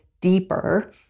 deeper